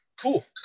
Cool